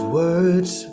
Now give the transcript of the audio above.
words